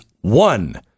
one